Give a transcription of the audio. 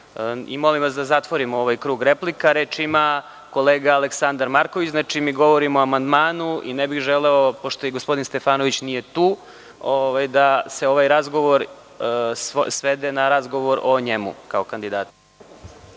Molim vas da zatvorimo ovaj krug replika. Reč ima narodni poslanik Aleksandar Marković. Govorimo o amanmdanu i ne bih želeo, pošto gospodin Stefanović nije tu, da se ovaj razgovor svede na razgovor o njemu kao kandidatu.